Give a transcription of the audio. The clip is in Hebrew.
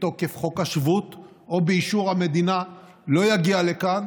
בתוקף חוק השבות או באישור המדינה לא יגיע לכאן,